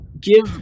Give